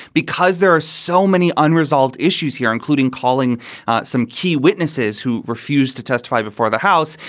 because there are so many unresolved issues here, including calling some key witnesses who refuse to testify before the house.